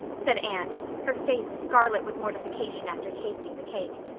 said anne, her face scarlet with mortification after tasting the cake.